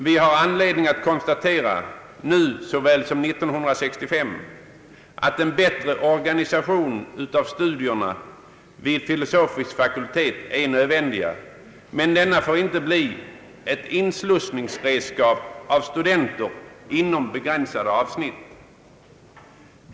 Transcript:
Vi har anledning konstatera nu såväl som 1965 att en bättre organisation av studierna vid filosofisk fakultet är nödvändig, men denna får inte bli ett redskap för inslussning av studenter inom begränsade avsnitt.